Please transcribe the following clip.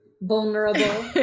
Vulnerable